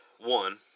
One